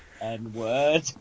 N-word